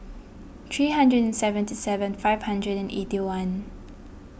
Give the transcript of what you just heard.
three hundred and seventy seven five hundred and eighty one